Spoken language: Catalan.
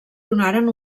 donaren